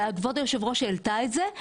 וכבוד היושבת ראש העלתה את זה,